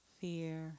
fear